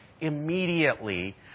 immediately